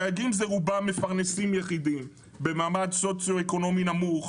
הדייגים רובם הם מפרנסים יחידים במעמד סוציו-אקונומי נמוך,